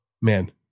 Man